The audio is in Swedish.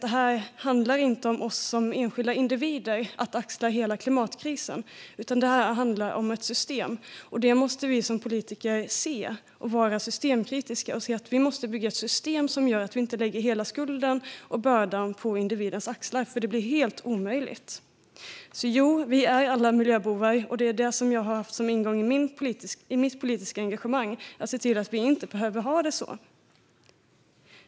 Det handlar inte om att vi som enskilda individer ska axla hela klimatkrisen, utan det handlar om ett system. Vi måste som politiker vara systemkritiska och inse att vi måste bygga ett system som gör att vi inte lägger hela skulden och bördan på individens axlar, för det blir helt omöjligt. Jo, vi är alla miljöbovar. Och det som jag har haft som ingång i mitt politiska engagemang är att se till att vi inte behöver ha det så.